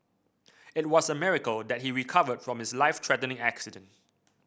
it was a miracle that he recovered from his life threatening accident